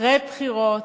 אחרי בחירות,